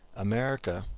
america,